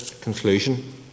conclusion